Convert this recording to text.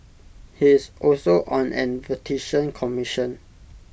he is also on A Vatican commission